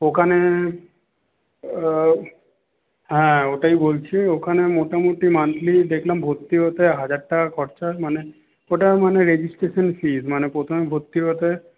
ওখানে হ্যাঁ ওটাই বলছি ওখানে মোটামোটি মান্থলি দেখলাম ভর্তি হতে হাজার টাকা খরচা মানে ওটা মানে রেজিস্ট্রেশন ফিস মানে প্রথমে ভর্তি হতে